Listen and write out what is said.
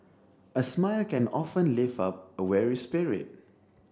a smile can often lift up a weary spirit